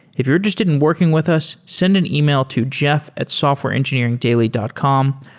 if you're interested in working with us, send an email to jeff at softwareengineeringdaily dot com.